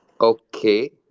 okay